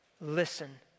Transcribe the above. Listen